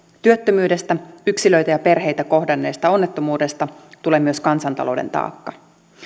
työttömyydestä yksilöitä ja perheitä kohdanneesta onnettomuudesta tulee myös kansantalouden taakka